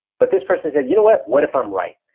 but this person said, you know what, what if i'm right?